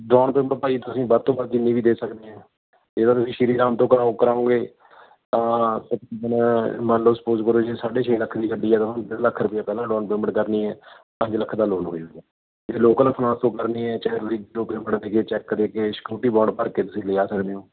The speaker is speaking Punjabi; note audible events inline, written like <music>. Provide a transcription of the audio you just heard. ਡਾਊਨ ਪੇਮੈਂਟ ਭਾਅ ਜੀ ਤੁਸੀਂ ਵੱਧ ਤੋਂ ਵੱਧ ਜਿੰਨੀ ਵੀ ਦੇ ਸਕਦੇ ਹੈ ਜੇ ਤਾਂ ਤੁਸੀਂ ਸ਼੍ਰੀ ਰਾਮ ਤੋਂ ਕਰੋ ਕਰੋਂਗੇ ਤਾਂ ਤਕਰੀਬਨ ਮੰਨ ਲਉ ਸਪੋਸ ਕਰੋ ਜੇ ਸਾਢੇ ਛੇ ਲੱਖ ਦੀ ਗੱਡੀ ਹੈ ਤਾਂ ਡੇਢ ਲੱਖ ਰੁਪਈਆ ਪਹਿਲਾਂ ਡਾਊਨ ਪੇਮੈਂਟ ਕਰਨੀ ਹੈ ਪੰਜ ਲੱਖ ਦਾ ਲੋਨ ਹੋ ਜੂਗਾ ਜੇ ਲੋਕਲ ਫਾਇਨਾਸ ਤੋਂ ਕਰਨੀ ਹੈ ਚਾਹੇ ਤੁਸੀਂ <unintelligible> ਚੈੱਕ ਦੇ ਕੇ ਸਕਿਉਰਟੀ ਬੋਂਡ ਭਰ ਕੇ ਤੁਸੀਂ ਲਿਆ ਸਕਦੇ ਹੋ